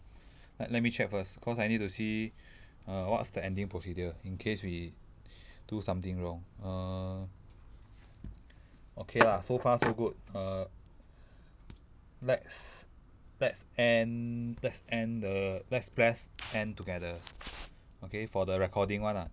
let me check first cause I need to see err what's the ending procedure in case we do something wrong err okay ah so far so good err let's let's end let's end the let's press end together okay for the recording one ah